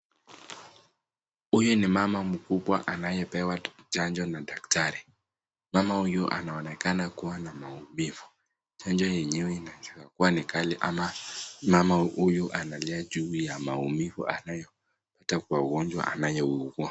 Huyu ni mama mkubwa anayepewa chanjo na daktari. Mama huyu anaonekana kuwa na maumivu. Chanjo yenyewe inawezakuwa ni kali ama mama huyu analia juu ya maumivu anayopata kwa ugonjwa anayougua.